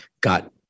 got